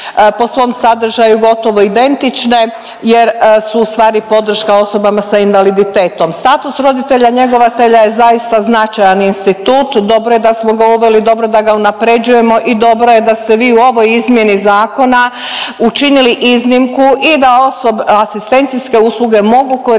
po svom sadržaju gotovo identične jer su ustvari podrška osobama sa invaliditetom. Status roditelja njegovatelja je zaista značajan institut, dobro je da smo ga uveli, dobro da ga unaprjeđujemo i dobro je da ste vi u ovoj izmjeni zakona učinili iznimku i da osob…, asistencijske usluge mogu koristiti